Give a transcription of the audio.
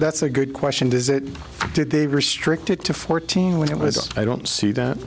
that's a good question does it did they restrict it to fourteen when it was i don't see that